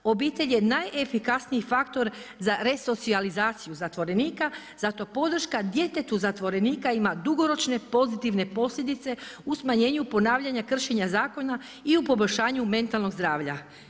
Obitelj je najefikasniji faktor za resocijalizaciju zatvorenika, zato podrška djetetu zatvorenika ima dugoročne pozitivne posljedice u smanjenju ponavljanja kršenja zakona i u poboljšanju metalnog zdravlja.